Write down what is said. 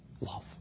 love